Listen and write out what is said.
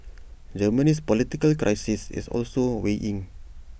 Germany's political crisis is also weighing